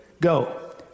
go